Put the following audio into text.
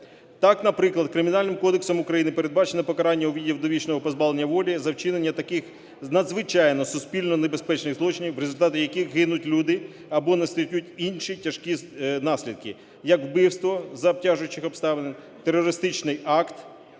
Так, наприклад, Кримінальним кодексом України передбачене покарання у виді довічного позбавлення волі за вчинення таких надзвичайно суспільно небезпечних злочинів, в результаті яких гинуть люди або настають інші тяжкі наслідки, як вбивство за обтяжуючих обставин, терористичний акт,